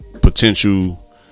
potential